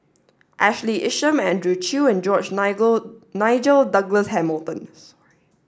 Ashley Isham Andrew Chew and George Nigel Douglas Hamilton